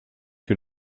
que